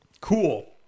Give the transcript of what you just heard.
Cool